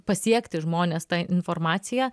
pasiekti žmones ta informacija